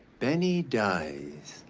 benny dies,